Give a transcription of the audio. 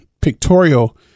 pictorial